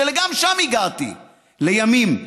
שגם לשם הגעתי לימים,